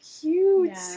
cute